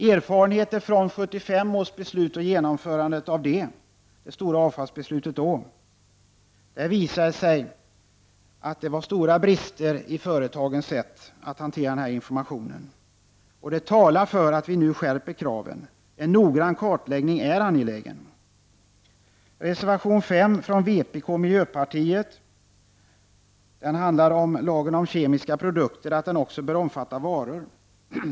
Erfarenheter från 1975 års beslut och genomförande av det — det stora avfallsbeslutet — visar att det fanns stora brister i företagens sätt att hantera denna information, och det talar för att kraven nu skärps. En noggrann kartläggning är angelägen. Reservation 5 av vpk och miljöpartiet handlar om att lagen om kemiska produkter också bör omfatta varor.